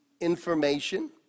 information